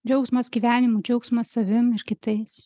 džiaugsmas gyvenimu džiaugsmas savim ir kitais